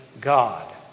God